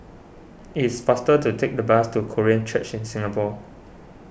it is faster to take the bus to Korean Church in Singapore